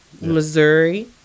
Missouri